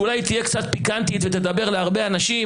שתהיה אולי קצת פיקנטית ותדבר להרבה אנשים,